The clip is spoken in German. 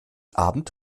abend